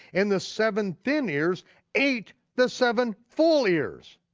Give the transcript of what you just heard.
and the seven thin ears ate the seven full ears.